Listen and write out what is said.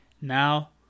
now